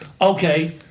okay